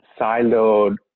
siloed